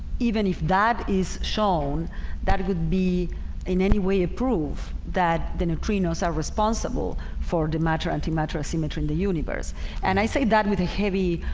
even if that is shown that it would be in any way proved that the neutrinos are responsible for the matter antimatter asymmetry in the universe and i say that with a heavy